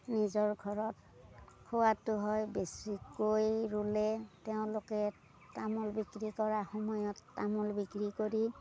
নিজৰ ঘৰত খোৱাতো হয় বেছিকৈ ৰুলে তেওঁলোকে তামোল বিক্ৰী কৰাৰ সময়ত তামোল বিক্ৰী কৰি